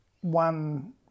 one